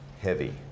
heavy